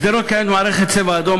בשדרות קיימת מערכת "צבע אדום",